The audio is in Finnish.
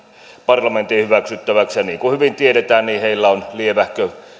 parlamentin hyväksyttäväksi ja niin kuin hyvin tiedetään heillä on lievähkö